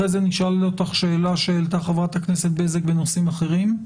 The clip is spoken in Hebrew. אחרי זה נשאל אותך שאלה שהעלתה חברת הכנסת בזק בנושאים אחרים.